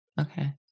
Okay